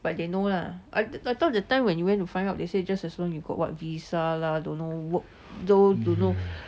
but they know lah I I thought that time when you went to find out they say just as long as you got [what] visa lah don't know work though don't know